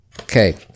Okay